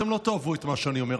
אתם לא תאהבו את מה שאני אומר,